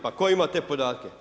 Pa tko ima te podatke?